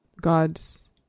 God's